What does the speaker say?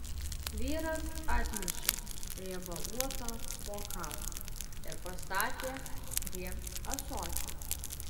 vyras atnešė riebaluotą bokalą ir pastatė prie ąsočio